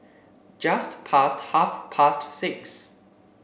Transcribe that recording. just past half past six